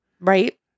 Right